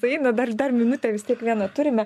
eina dar dar minutę vis tiek vieną turime